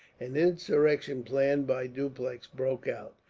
an insurrection planned by dupleix broke out.